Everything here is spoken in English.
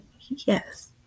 yes